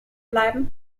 bleiben